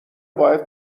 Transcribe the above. باید